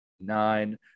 nine